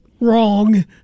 wrong